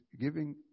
giving